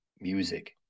music